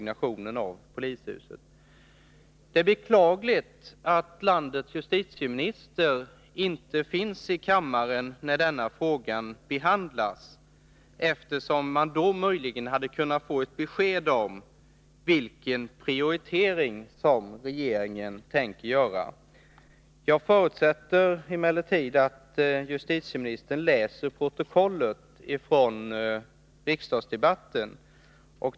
Det är beklagligt att landets justitieminister inte finns i kammaren när denna fråga behandlas, eftersom man då möjligen hade kunnat få ett besked om vilken prioritering regeringen tänker göra. Jag förutsätter emellertid att justitieministern läser protokollet från riksdagsdebatten.